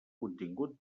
contingut